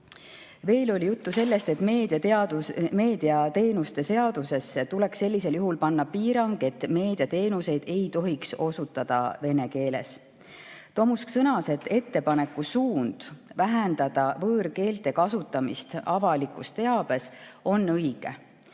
Veel oli juttu sellest, et meediateenuste seadusesse tuleks sellisel juhul panna piirang, et meediateenuseid ei tohiks osutada vene keeles. Tomusk sõnas, et ettepaneku suund vähendada võõrkeelte kasutamist avalikus teabes on õige,